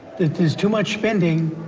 that there's too much spending,